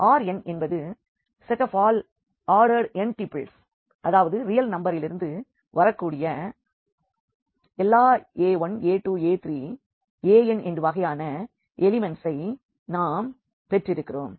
R n என்பது set of all ordered n tuples அதாவது real நம்பரிலிருந்து வரக்கூடிய எல்லா a 1 a 2 a 3 a n என்ற வகையான எலிமெண்ட்ஸை நாம் பெற்றிருக்கிறோம்